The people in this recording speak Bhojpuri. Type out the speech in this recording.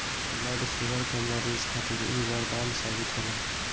ब्लड शुगर के मरीज खातिर इ बरदान साबित होला